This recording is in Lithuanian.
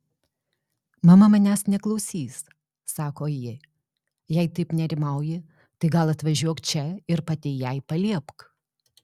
mama manęs neklausys sako ji jei taip nerimauji tai gal atvažiuok čia ir pati jai paliepk